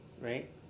right